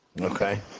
Okay